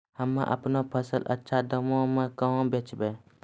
हम्मे आपनौ फसल अच्छा दामों मे कहाँ बेचबै?